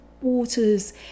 waters